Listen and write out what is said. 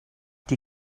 die